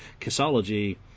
kissology